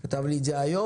הוא כתב לי את זה היום.